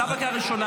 אני?